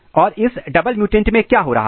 और इस double mutant में क्या हो रहा है